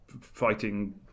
fighting